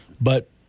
but-